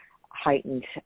heightened